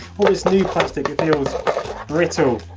all this new plastic, it feels brittle